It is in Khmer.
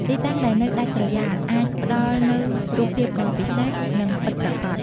ទីតាំងដែលនៅដាច់ស្រយាលអាចផ្តល់នូវរូបភាពដ៏ពិសេស និងពិតប្រាកដ។